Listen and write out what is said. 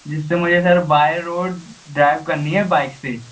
जिससे मुझे sir by road drive करनी है बाइक से